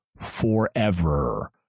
forever